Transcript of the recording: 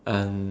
uh